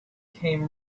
came